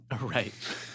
Right